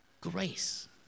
grace